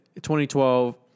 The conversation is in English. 2012